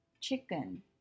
chicken